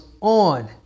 On